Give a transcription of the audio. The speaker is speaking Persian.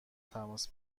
تماس